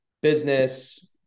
business